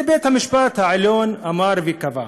את זה בית-המשפט העליון אמר וקבע.